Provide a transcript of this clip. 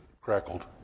crackled